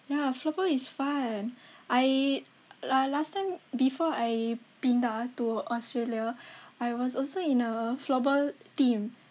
ya floorball is fun I la~ last time before I pindah to Australia I was also in a floorball team